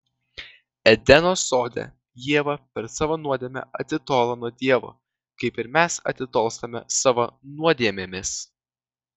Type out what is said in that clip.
edeno sode ieva per savo nuodėmę atitolo nuo dievo kaip ir mes atitolstame savo nuodėmėmis